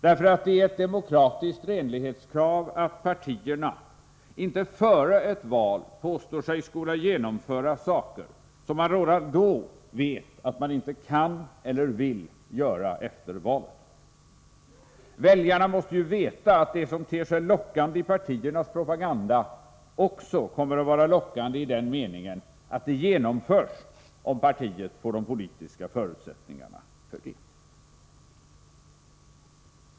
Det är ett demokratiskt renlighetskrav att partierna inte före ett val påstår sig skola genomföra saker, som man redan då vet att man inte kan eller vill göra efter valet. Väljarna måste ju veta att det som ter sig lockande i partiernas propaganda också kommer att vara lockande i den meningen att det genomförs, om det partiet får de politiska förutsättningarna. Herr talman!